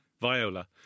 Viola